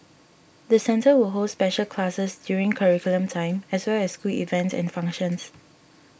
the centre will hold special classes during curriculum time as well as school events and functions